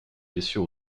blessure